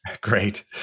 Great